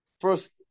First